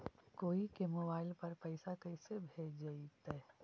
कोई के मोबाईल पर पैसा कैसे भेजइतै?